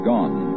Gone